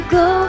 go